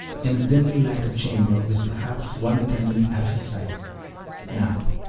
in a dimly-lighted chamber, with perhaps one attendant at her side now,